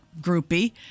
groupie